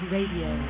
Radio